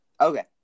Okay